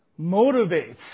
motivates